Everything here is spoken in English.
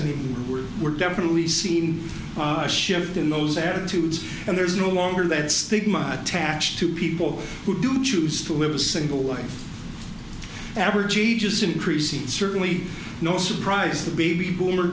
he were were definitely seen a shift in those attitudes and there's no longer that stigma attached to people who do choose to live a single life average age is increasing certainly no surprise to be boomer